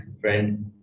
friend